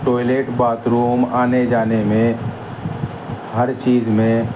toilet bathroom آنے جانے میں ہر چیز میں